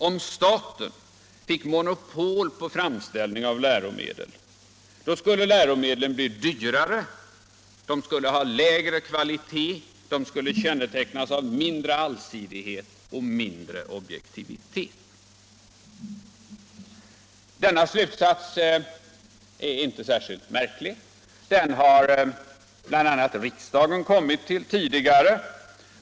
Om staten fick monopol på framställning av läromedel skulle läromedlen bli dyrare, de skulle få lägre kvalitet och de skulle kännetecknas av mindre allsidighet och mindre objektivitet. Denna slutsats är inte särskilt märklig; den har bl.a. riksdagen kommit till tidigare.